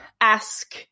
ask